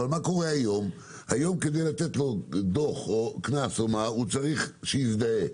אבל כיום כדי לתת לו דוח או קנס צריך שיזדהה.